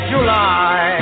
July